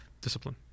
Discipline